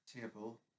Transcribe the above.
table